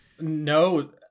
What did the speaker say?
No